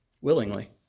Willingly